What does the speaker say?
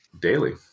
daily